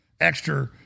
extra